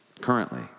currently